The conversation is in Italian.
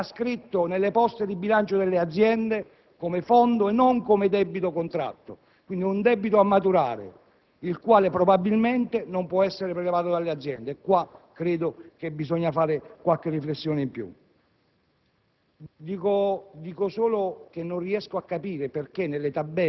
elemento di bilancio nelle aziende non è un debito; è ascritto nelle poste di bilancio come fondo e non come debito contratto, quindi un debito a maturare, il quale probabilmente non può essere prelevato dalle aziende? Credo che in questo caso occorra fare qualche riflessione in più.